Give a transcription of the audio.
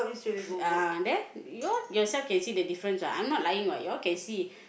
ah there you all yourself can see the difference what I'm not lying what you all can see